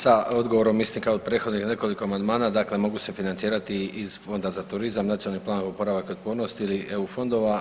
Sa odgovorom istim kao i u prethodnih nekoliko amandmana, dakle mogu se financirati iz Fonda za turizam, Nacionalni plan oporavak i otpornost ili EU fondova.